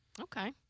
Okay